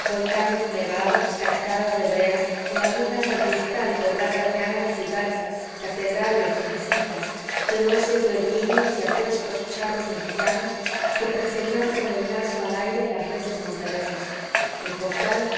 volcanes nevados cascadas de brea lagunas de cristal pobladas de ánades y garzas catedrales y mezquitas feroces beduinos y apuestos charros mexicanos que perseguían con el lazo al aire las reses montaraces el portal